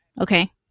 Okay